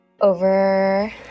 over